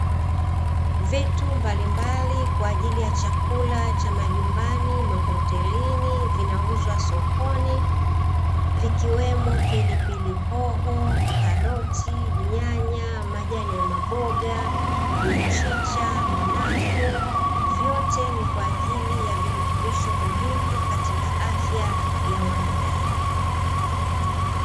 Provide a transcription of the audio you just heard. Vitu mbalimbali kwa ajili ya chakula cha majumbani, mahotelini vinauzwa sokoni vikiwemo pilipili hoho, karoti, nyanya, majani ya maboga, mchicha, mnafu, vyote ni kwa ajili ya virutubisho muhimu katika afya ya wanadamu.